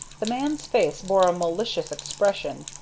the man's face bore a malicious expression,